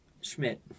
Schmidt